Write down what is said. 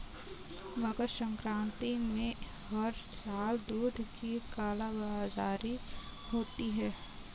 मकर संक्रांति में हर साल दूध की कालाबाजारी होती है